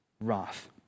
wrath